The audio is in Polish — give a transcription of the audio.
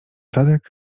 tadek